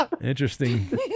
Interesting